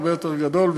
הרבה יותר גדול,